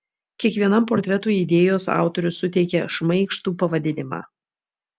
kiekvienam portretui idėjos autorius suteikė šmaikštų pavadinimą